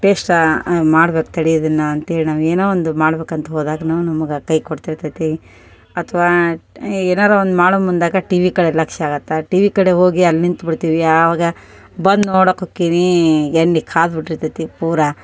ಟೇಶ್ಟಾ ಮಾಡ್ಬೇಕು ತಡೀ ಇದನ್ನು ಅಂತೇಳಿ ನಾವು ಏನೋ ಒಂದು ಮಾಡ್ಬೇಕು ಅಂತ ಹೋದಾಗ್ಲೂ ನಮ್ಗೆ ಕೈ ಕೊಡ್ತಿರ್ತದೆ ಅಥ್ವಾ ಟ್ ಈಗ ಏನಾದ್ರು ಒಂದು ಮಾಡೋ ಮುಂದಾಗ ಟಿವಿ ಕಡೆ ಲಕ್ಷ ಆಗತ್ತೆ ಟಿವಿ ಕಡೆ ಹೋಗಿ ಅಲ್ಲಿ ನಿಂತುಬಿಡ್ತೀವಿ ಆವಾಗ ಬಂದು ನೋಡೋಕ್ ಹೊಗ್ತೀವೀ ಎಣ್ಣೆ ಕಾಯ್ದ್ ಬಿಟ್ಟಿರ್ತದೆ ಪೂರಾ